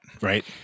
right